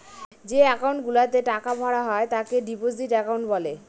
যে একাউন্ট গুলাতে টাকা ভরা হয় তাকে ডিপোজিট একাউন্ট বলে